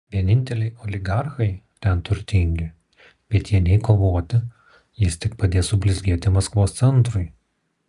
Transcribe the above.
vieninteliai oligarchai ten turtingi bet jie nei kovoti jis tik padės sublizgėti maskvos centrui